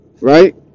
Right